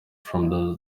from